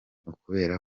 ukubera